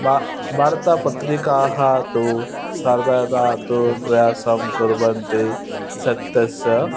वा वार्तापत्रिकाः तु सर्वदा तु प्रयासं कुर्वन्ति सत्यस्य